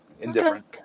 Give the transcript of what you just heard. Indifferent